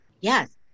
Yes